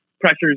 pressures